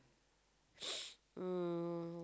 um